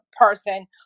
person